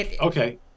okay